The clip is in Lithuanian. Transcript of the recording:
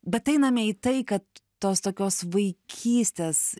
bet einame į tai kad tos tokios vaikystės